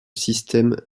système